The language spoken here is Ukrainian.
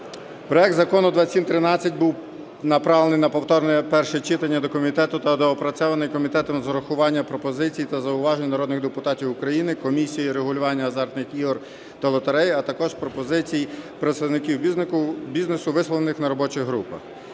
Проект закону 2713 був направлений на повторне перше читання до комітету та доопрацьований комітетом з урахуванням пропозицій та зауважень народних депутатів України, Комісії з регулювання азартних ігор та лотерей, а також пропозицій представників бізнесу висловлених на робочих групах.